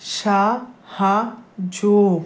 সাহায্য